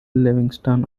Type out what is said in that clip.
livingston